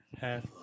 Half